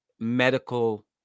Medical